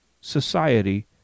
society